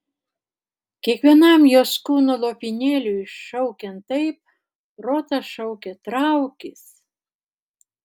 kiekvienam jos kūno lopinėliui šaukiant taip protas šaukė traukis